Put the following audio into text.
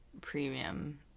premium